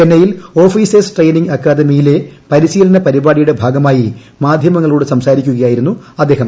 ചെന്നൈയിൽ officers training അക്കാദമിയിലെ പരിശീലന പരിപാടിയുടെ ഭാഗമായി മാധ്യമങ്ങളോട് സംസാരിക്കുകയായിരുന്നു അദ്ദേഹം